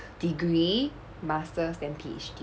degree master's then PhD